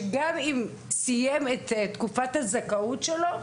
גם אם הוא סיים את תקופת הזכאות שלו.